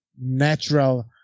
natural